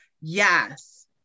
yes